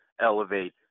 elevate